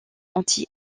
anti